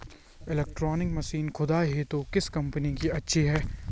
Electronic machine खुदाई हेतु किस कंपनी की अच्छी है?